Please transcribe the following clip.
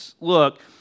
look